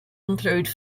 include